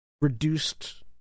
reduced